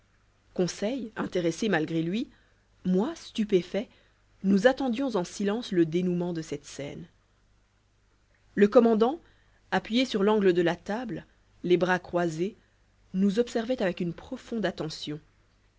conseil intéressé malgré lui moi stupéfait nous attendions en silence le dénouement de cette scène le commandant appuyé sur l'angle de la table les bras croisés nous observait avec une profonde attention